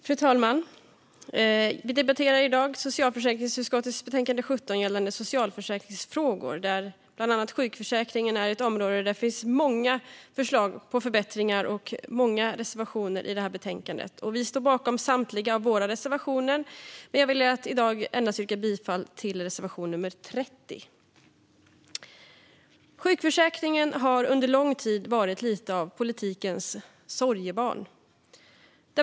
Fru talman! Vi debatterar i dag socialförsäkringsutskottets betänkande 17 gällande socialförsäkringsfrågor. Sjukförsäkringen är ett område i det här betänkandet där det finns många förslag på förbättringar och många reservationer. Vi står bakom samtliga av våra reservationer, men jag väljer att i dag yrka bifall endast till reservation nummer 30. Sjukförsäkringen har under lång tid varit lite av politikens sorgebarn.